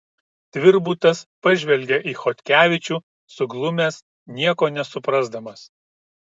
tvirbutas pažvelgia į chodkevičių suglumęs nieko nesuprasdamas